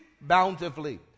bountifully